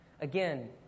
Again